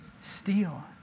steal